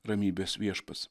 ramybės viešpats